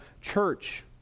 church